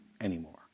anymore